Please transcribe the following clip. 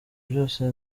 byose